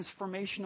transformational